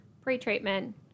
pre-treatment